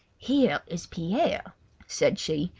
here is pierre said she.